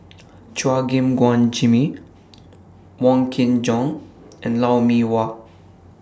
Chua Gim Guan Jimmy Wong Kin Jong and Lou Mee Wah